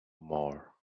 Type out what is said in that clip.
more